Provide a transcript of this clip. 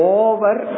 over